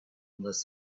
unless